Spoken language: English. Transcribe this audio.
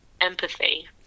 empathy